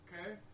Okay